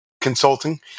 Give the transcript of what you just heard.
consulting